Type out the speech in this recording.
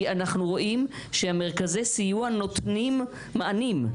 כי אנחנו רואים שמרכזי הסיוע נותנים מענים,